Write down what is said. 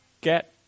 get